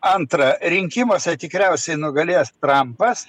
antra rinkimuose tikriausiai nugalės trampas